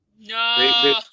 No